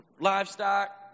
livestock